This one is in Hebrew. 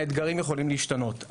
האתגרים יכולים להשתנות.